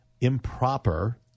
improper